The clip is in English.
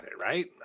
right